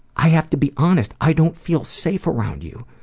i have to be honest, i don't feel safe around you.